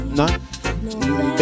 no